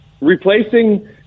replacing